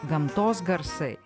gamtos garsai